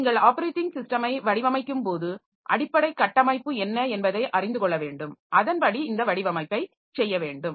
நீங்கள் ஆப்பரேட்டிங் சிஸ்டமை வடிவமைக்கும்போது அடிப்படை கட்டமைப்பு என்ன என்பதை அறிந்து கொள்ள வேண்டும் அதன்படி இந்த வடிவமைப்பை செய்ய வேண்டும்